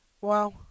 Wow